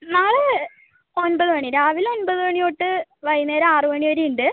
നാളെ ഒൻപത് മണി രാവിലെ ഒൻപത് മണി തൊട്ട് വൈകുന്നേരം ആറ് മണി വരെ ഉണ്ട്